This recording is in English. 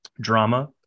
drama